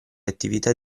attività